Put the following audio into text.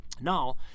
Now